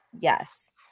Yes